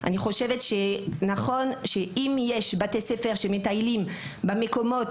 אני חושבת שזה נכון שאם בתי ספר יטיילו במקומות